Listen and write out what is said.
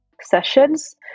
sessions